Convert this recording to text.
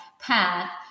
path